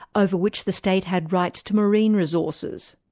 ah over which the state had rights to marine resources.